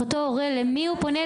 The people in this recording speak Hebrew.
למי הוא פונה?